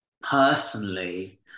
personally